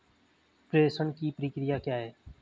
प्रेषण की प्रक्रिया क्या है?